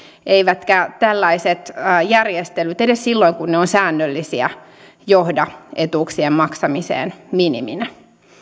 eivätkä tällaiset järjestelyt edes silloin kun ne ovat säännöllisiä johda etuuksien maksamiseen miniminä